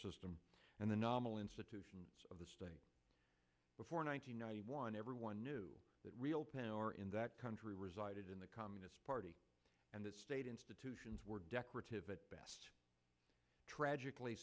system and the nominal institutions of the state before nine hundred ninety one everyone knew that real power in that country resided in the communist party and its state institutions were decorative at best tragically